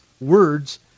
words